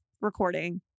recording